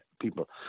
people